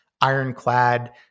ironclad